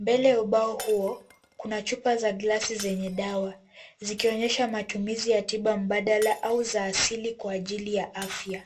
Mbele ya ubao huo kuna chupa za glasi zenye dawa zikionyesha matumizi ya tiba mbadala au za asili kwa ajili ya afya.